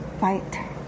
fight